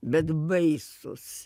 bet baisūs